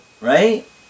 right